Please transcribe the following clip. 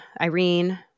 Irene